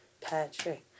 Patrick